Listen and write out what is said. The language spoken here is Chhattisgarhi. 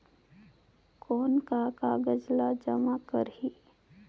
कौन का कागज ला जमा करी?